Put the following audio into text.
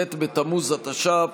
ט' בתמוז התש"ף,